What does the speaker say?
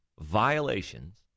violations